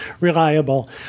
reliable